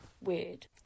Weird